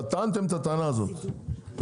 טענתם את הטענה הזאת,